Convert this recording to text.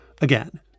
Again